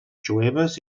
jueves